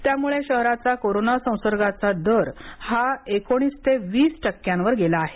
त्यामुळे शहराचा कोरोना संसर्गाचा दर हा एकोणीस ते वीस टक्क्यांवर गेला आहे